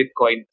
Bitcoin